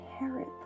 inherit